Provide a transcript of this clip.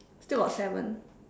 still got seven